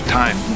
time